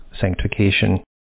sanctification